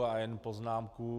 A jen poznámka.